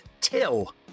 Till